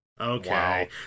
Okay